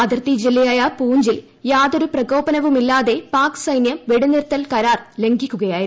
അതിർത്തി ജില്ലയായ പൂഞ്ചിൽ യാതൊരു പ്രകോപനവുമില്ലാതെ പാക് സൈന്യം വെടിനിർത്തൽ കരാർ ലംഘിക്കുകയായിരുന്നു